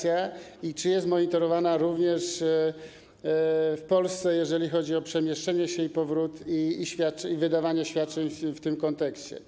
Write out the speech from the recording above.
I czy jest monitorowana również w Polsce, jeżeli chodzi o przemieszczanie się i powrót, i wydawanie świadczeń w tym kontekście?